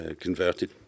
converted